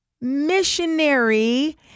missionary